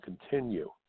continue